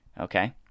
okay